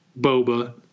Boba